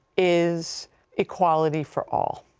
is equality for all.